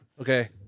Okay